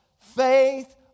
faith